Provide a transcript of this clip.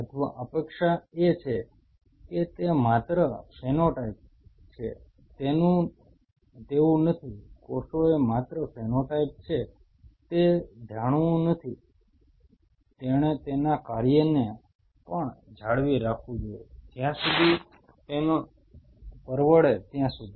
અથવા અપેક્ષા એ છે કે તે માત્ર ફેનોટાઇપ છે તેવું નથી કોષોએ માત્ર ફેનોટાઇપ છે તે જાળવવું નથી તેણે તેના કાર્ય ને પણ જાળવી રાખવું જોઈએ જ્યાં સુધી તેના પરવળે ત્યાં સુધી